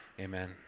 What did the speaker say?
amen